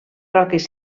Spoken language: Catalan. roques